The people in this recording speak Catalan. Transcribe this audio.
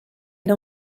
era